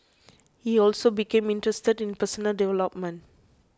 he also became interested in personal development